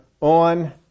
on